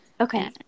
Okay